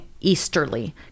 easterly